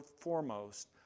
foremost